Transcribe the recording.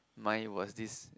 mine was this